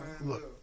look